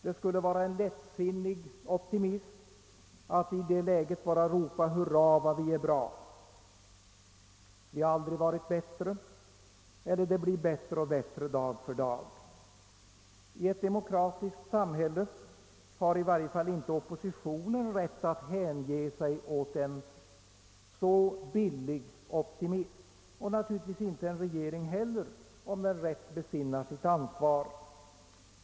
Det skulle vara en lättsinnig optimism att bara ropa »Hurra vad vi är bra» eller » Vi har aldrig varit bättre» eller »Det blir bättre och bättre dag för dag». I ett demokratiskt samhälle har i varje fall inte oppositionen rätt att hänge sig åt en så billig optimism — och naturligtvis inte en regering heller, om den rätt besinnar sitt ansvar.